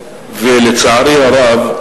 ולצערי הרב,